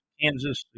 Kansas